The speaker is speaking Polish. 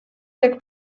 jak